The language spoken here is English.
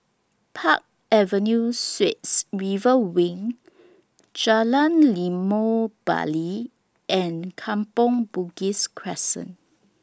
Park Avenue Suites River Wing Jalan Limau Bali and Kampong Bugis Crescent